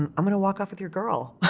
um i'm gonna walk off with your girl